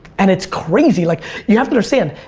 and it's crazy, like you have to understand,